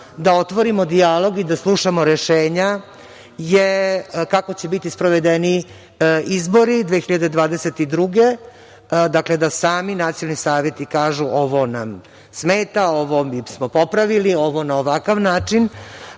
da otvorimo dijalog i slušamo rešenja kako će biti sprovedeni izbori 2022. godine. Dakle, da sami nacionalni saveti kažu ovo nam smeta, ovo bismo popravili, ovo na ovakav način